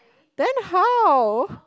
then how